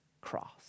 cross